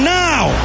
now